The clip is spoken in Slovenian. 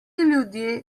ljudje